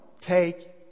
take